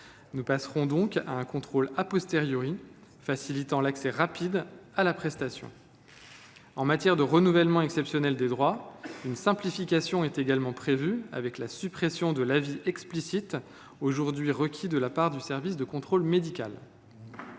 Nous passerons à un contrôle, qui facilitera l’accès rapide à la prestation. En matière de renouvellement exceptionnel des droits, une simplification est également prévue, avec la suppression de l’avis explicite aujourd’hui requis de la part du service de contrôle médical.